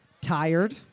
Tired